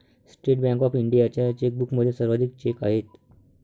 state bank of इंडियाच्या चेकबुकमध्ये सर्वाधिक चेक आहेत